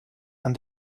and